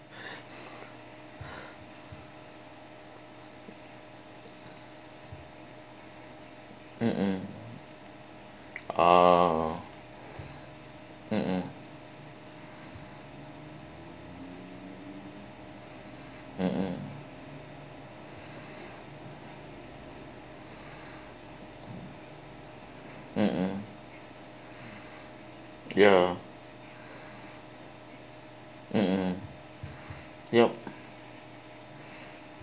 mmhmm uh mmhmm mmhmm mmhmm ya mmhmm yup